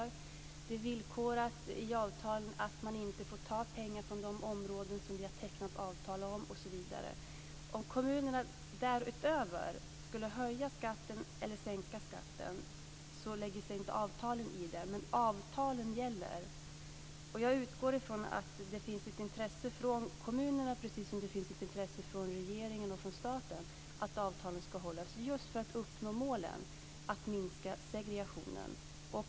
Det är också villkorat i avtalen att man inte får ta pengar från de områden som vi har tecknat avtal om osv. Om kommunerna därutöver skulle höja eller sänka skatten lägger sig avtalen så att säga inte i det - Jag utgår från att det finns ett intresse från kommunernas sida, precis som det finns ett intresse från regeringens och statens sida, för att avtalen hålls, just för att uppnå uppsatta mål: att minska segregationen.